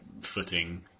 footing